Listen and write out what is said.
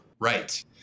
Right